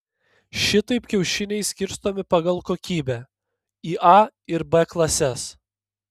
šitaip kiaušiniai skirstomi pagal kokybę į a ir b klases